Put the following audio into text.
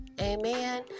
Amen